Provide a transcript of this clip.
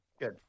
Good